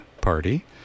Party